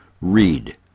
read